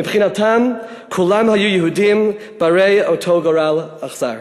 מבחינתם כולם היו יהודים בני אותו גורל אכזר.